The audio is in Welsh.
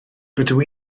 rydw